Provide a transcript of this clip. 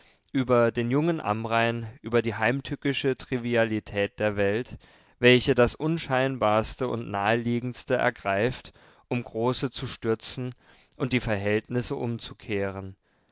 über den jungen amrain über die heimtückische trivialität der welt welche das unscheinbarste und naheliegendste ergreift um große zu stürzen und die verhältnisse umzukehren